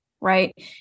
right